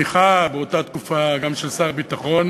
בתמיכה גם של שר הביטחון